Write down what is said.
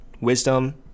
Wisdom